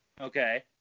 Okay